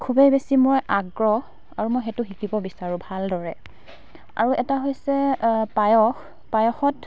খুবেই বেছি মই আগ্ৰহ আৰু মই সেইটো শিকিব বিচাৰোঁ ভালদৰে আৰু এটা হৈছে পায়স পায়সত